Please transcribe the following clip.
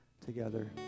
together